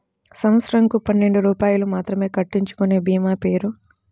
సంవత్సరంకు పన్నెండు రూపాయలు మాత్రమే కట్టించుకొనే భీమా పేరు?